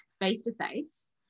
face-to-face